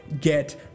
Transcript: get